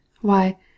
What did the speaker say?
Why